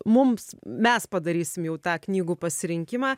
mums mes padarysim jau tą knygų pasirinkimą